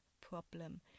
problem